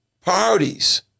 parties